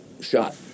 shot